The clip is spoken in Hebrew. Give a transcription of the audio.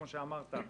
כמו שאמרת,